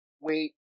wait